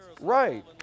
Right